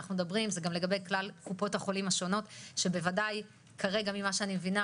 זה גם לגבי כלל קופות החולים השונות שבוודאי ממה שאני מבינה,